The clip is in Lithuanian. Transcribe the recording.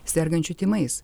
sergančių tymais